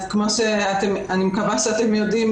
כמו שאני מקווה שאתם יודעים,